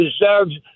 deserves